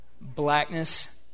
Blackness